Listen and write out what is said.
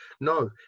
no